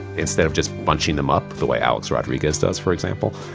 instead of just bunching them up, the way alex rodriguez does for example.